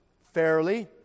fairly